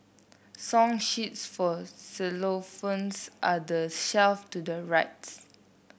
song sheets for xylophones are the shelf to the rights